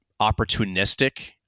opportunistic